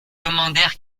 demandèrent